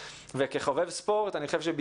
הספורט הוא נשמת אפה של חברה.